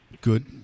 Good